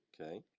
Okay